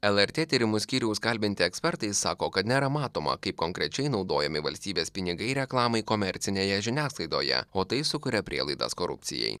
lrt tyrimų skyriaus kalbinti ekspertai sako kad nėra matoma kaip konkrečiai naudojami valstybės pinigai reklamai komercinėje žiniasklaidoje o tai sukuria prielaidas korupcijai